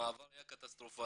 המעבר היה קטסטרופלי.